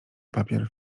papier